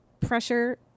pressure